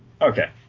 Okay